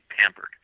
pampered